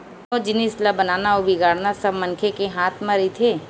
कोनो जिनिस ल बनाना अउ बिगाड़ना सब मनखे के हाथ म रहिथे